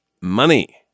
Money